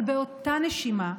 אבל באותה נשימה,